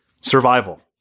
survival